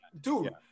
Dude